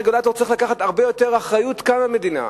הרגולטור צריך לקחת הרבה יותר אחריות כאן במדינה,